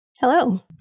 Hello